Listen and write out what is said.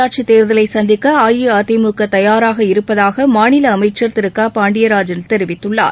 உள்ளாட்சித் தேர்தலை சந்திக்க அஇஅதிமுக தயாராக இருப்பதாக மாநில அமைச்சர் திரு க பாண்டியராஜன் தெரிவித்திருக்கிறார்